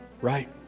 Right